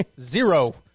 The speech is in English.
zero